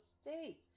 state